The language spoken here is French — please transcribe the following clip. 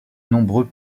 nombreux